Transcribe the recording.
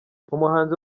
umuhanzi